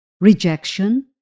rejection